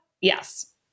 Yes